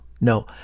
no